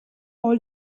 all